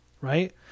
Right